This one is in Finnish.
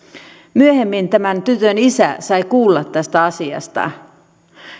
myöhemmin tämän tytön isä sai kuulla tästä asiasta